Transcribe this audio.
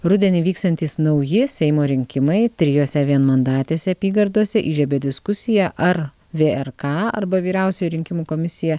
rudenį vyksiantys nauji seimo rinkimai trijose vienmandatėse apygardose įžiebė diskusiją ar vrk arba vyriausioji rinkimų komisija